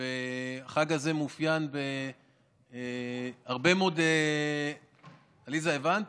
והחג הזה מאופיין בהרבה מאוד עליזה, הבנת?